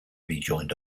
rejoined